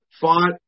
fought